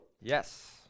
Yes